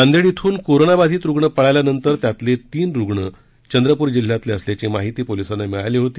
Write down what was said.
नांदेड इथून कोरोनाबधित रुग्ण पळाल्यानंतर त्यातले तीन रुग्ण चंद्रपूर जिल्ह्यातले असल्याची माहिती पोलिसांना मिळाली होती